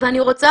ואני רוצה,